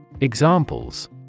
Examples